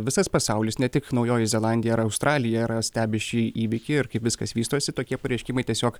visas pasaulis ne tik naujoji zelandija ar australija stebi šį įvykį ir kaip viskas vystosi tokie pareiškimai tiesiog